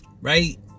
Right